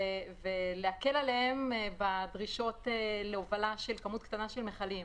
להקל עליהם בדרישות להובלה של כמות קטנה של מכלים.